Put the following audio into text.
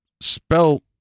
spell